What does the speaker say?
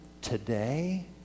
today